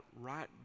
right